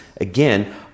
again